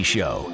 Show